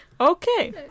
Okay